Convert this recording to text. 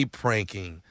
pranking